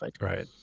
right